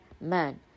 man